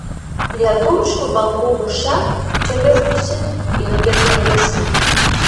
lietuviškų bangų mūša čia virtusi ilgesio giesme